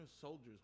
soldiers